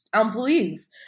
employees